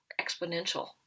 exponential